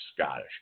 Scottish